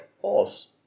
False